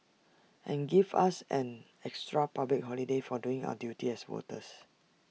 and give us an extra public holiday for doing our duty as voters